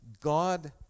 God